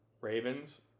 Ravens